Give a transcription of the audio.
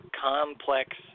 complex